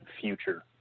future